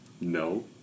No